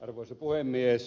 arvoisa puhemies